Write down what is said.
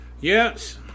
Yes